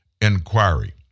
inquiry